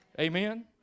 Amen